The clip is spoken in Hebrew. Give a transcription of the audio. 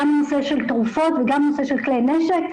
גם נושא של תרופות וגם נושא של כלי נשק.